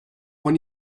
one